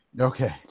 okay